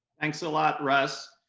thanks a lot, russ.